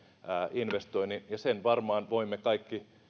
investoinnin ja sen varmaan voimme kaikki